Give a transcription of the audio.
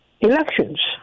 elections